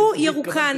הוא ירוקן.